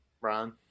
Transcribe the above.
Brian